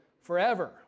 forever